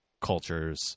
cultures